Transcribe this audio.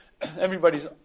everybody's